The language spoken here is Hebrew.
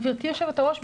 גברתי יושבת הראש,